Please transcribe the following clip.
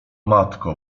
matko